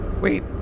Wait